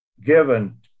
given